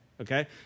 okay